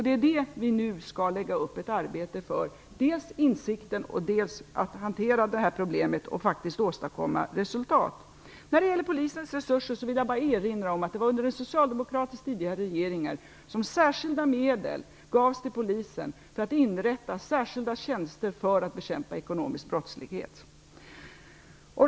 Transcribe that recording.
Det som vi nu skall lägga upp ett arbete för är dels insikten, dels att hantera problemet och att faktiskt åstadkomma resultat. När det gäller Polisens resurser vill jag bara erinra om att det var under tidigare socialdemokratiska regeringar som särskilda medel gavs till Polisen för att inrätta särskilda tjänster för att bekämpa ekonomisk brottslighet.